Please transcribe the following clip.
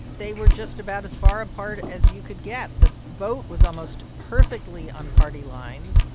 they were just about as far apart as you could get. the vote was almost perfectly on party lines.